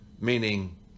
meaning